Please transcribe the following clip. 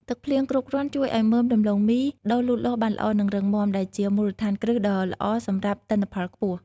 ទឹកភ្លៀងគ្រប់គ្រាន់ជួយឱ្យដើមដំឡូងមីដុះលូតលាស់បានល្អ និងរឹងមាំ ដែលជាមូលដ្ឋានគ្រឹះដ៏ល្អសម្រាប់ទិន្នផលខ្ពស់។